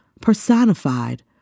personified